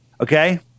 Okay